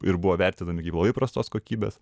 ir buvo vertinami kaip labai prastos kokybės